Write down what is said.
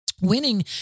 winning